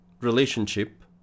relationship